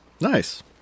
Nice